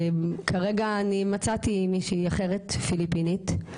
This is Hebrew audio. כרגע מצאתי מישהי אחרת פיליפינית.